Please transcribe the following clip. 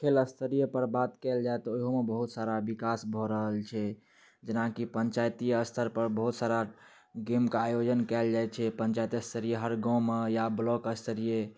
खेल स्तरीय पर बात कयल जाय तऽ ओहि मे बहुत सारा बिकास भऽ रहल छै जेनाकि पञ्चायत स्तर पर बहुत सारा गेम के आयोजन कयल जाइ छै पञ्चायत स्तरीय हर गाँव मे या ब्लॉक स्तरीय